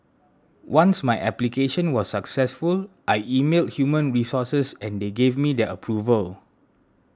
once my application was successful I emailed human resources and they gave me their approval